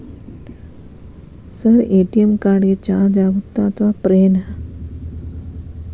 Sir ATM card ಗೆ charge ಆಗುತ್ತಾ ಅಥವಾ ಫ್ರೇ ನಾ?